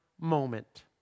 moment